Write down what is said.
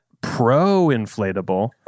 pro-inflatable